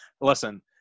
listen